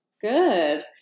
Good